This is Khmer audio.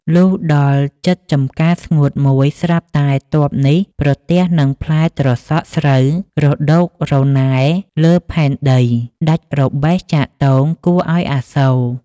លុះដល់ជិតចំការស្ងួតមួយស្រាប់តែទ័ពនេះ ប្រទះនឹងផ្លែត្រសក់ស្រូវរដូករណែលលើផែនដី ដាច់របេះចាកទងគួរឱ្យអាសូរ ។